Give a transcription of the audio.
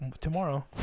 tomorrow